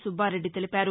సుబ్బారెడ్డి తెలిపారు